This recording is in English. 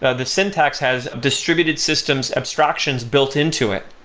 ah the syntax has distributed systems abstractions built into it,